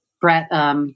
Brett